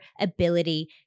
ability